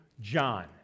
John